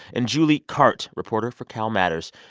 and julie cart, reporter for calmatters.